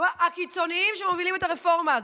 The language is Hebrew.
ואז: הקיצוניים שמובילים את הרפורמה הזאת.